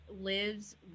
lives